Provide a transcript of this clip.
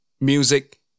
music